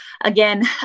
again